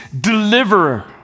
deliverer